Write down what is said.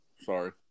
sorry